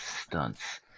stunts